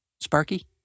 Sparky